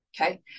Okay